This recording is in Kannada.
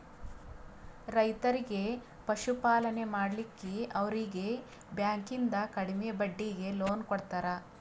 ರೈತರಿಗಿ ಪಶುಪಾಲನೆ ಮಾಡ್ಲಿಕ್ಕಿ ಅವರೀಗಿ ಬ್ಯಾಂಕಿಂದ ಕಡಿಮೆ ಬಡ್ಡೀಗಿ ಲೋನ್ ಕೊಡ್ತಾರ